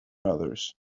others